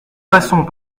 passons